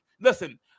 Listen